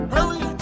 Hurry